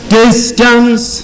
distance